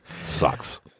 sucks